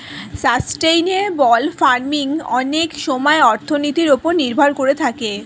sustainable farming অনেক সময়ে অর্থনীতির ওপর নির্ভর করে থাকে